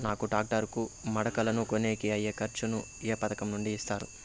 నాకు టాక్టర్ కు మడకలను కొనేకి అయ్యే ఖర్చు ను ఏ పథకం నుండి ఇస్తారు?